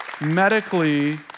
medically